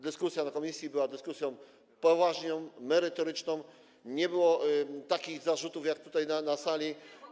Dyskusja na posiedzeniu komisji była dyskusją poważną, merytoryczną, nie było takich zarzutów jak tutaj, na sali.